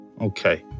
Okay